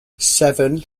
seven